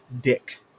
dick